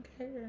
okay